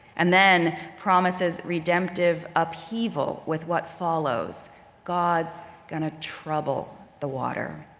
and then promises redemptive upheaval with what follows god's gonna trouble the water.